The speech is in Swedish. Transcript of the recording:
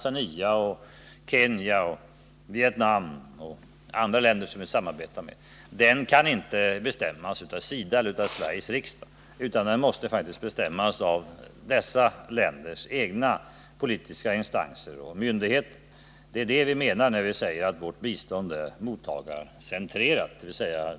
Jag hade en känsla av att Pär Granstedt i sin argumentering möjligen var ute på sammallitet sluttande plan. Miljöpolitiken i dessa länder måste bestämmas av ländernas egna politiska instanser och myndigheter. Det är det vi menar när vi säger att vårt bistånd är mottagarcentrerat.